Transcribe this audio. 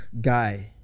guy